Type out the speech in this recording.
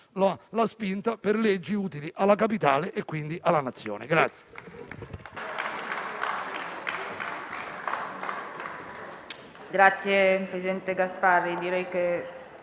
la spinta per leggi utili alla capitale e quindi alla Nazione.